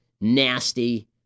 nasty